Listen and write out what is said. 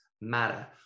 matter